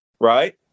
right